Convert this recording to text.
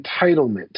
entitlement